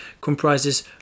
comprises